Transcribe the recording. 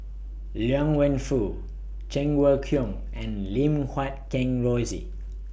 Liang Wenfu Cheng Wai Keung and Lim Guat Kheng Rosie